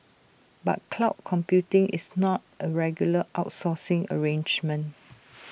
but cloud computing is not A regular outsourcing arrangement